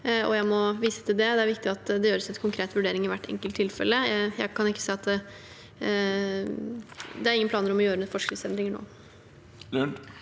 jeg må vise til det. Det er viktig at det gjøres en konkret vurdering i hvert enkelt tilfelle. Det er ingen planer om å gjøre noen forskriftsendringer nå.